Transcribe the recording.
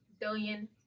billion